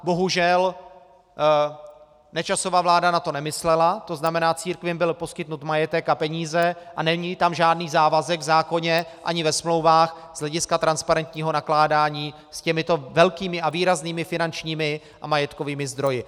Bohužel, Nečasova vláda na to nemyslela, to znamená, že církvím byl poskytnut majetek a peníze a není tam žádný závazek v zákoně ani ve smlouvách z hlediska transparentního nakládání s těmito velkými a výraznými finančními a majetkovými zdroji.